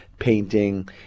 painting